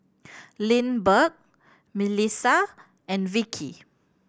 Lindbergh Milissa and Vickie